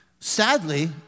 Sadly